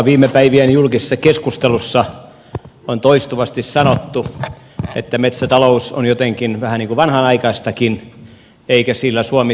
viime päivien julkisessa keskustelussa on toistuvasti sanottu että metsätalous on jotenkin vähän vanhanaikaistakin eikä sillä suomi selviä